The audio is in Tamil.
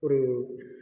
ஒரு